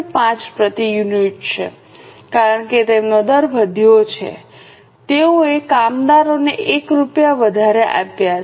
5 પ્રતિ યુનિટ છે કારણ કે તેમનો દર વધ્યો છે તેઓએ કામદારોને 1 રૂપિયા વધારે આપ્યા છે